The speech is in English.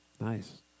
Nice